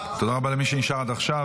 תודה רבה למי שנשאר עד עכשיו.